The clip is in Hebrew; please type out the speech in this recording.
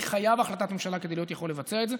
אני חייב החלטת ממשלה כדי להיות יכול לבצע את זה.